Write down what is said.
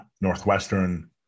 Northwestern